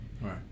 Right